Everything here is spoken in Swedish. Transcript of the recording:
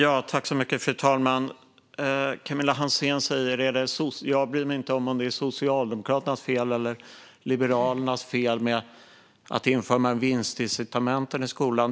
Fru talman! Camilla Hansén säger att hon inte bryr sig om huruvida det är Socialdemokraternas eller Liberalernas fel att det finns vinstincitament i skolan.